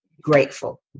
grateful